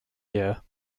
year